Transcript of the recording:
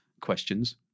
questions